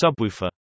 subwoofer